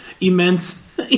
immense